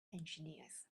engineers